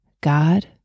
God